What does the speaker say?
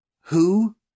Who